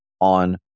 on